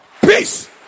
peace